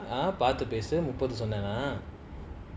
ah ah ah ah பார்த்துபேசுமுப்பதுசொன்னனா:parthu pesu mupathu sonnena